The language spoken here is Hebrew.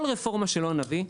כל רפורמה שלא נביא,